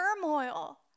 turmoil